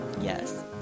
Yes